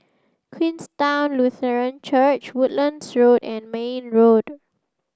Queenstown Lutheran Church Woodlands Road and Mayne Road